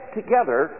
together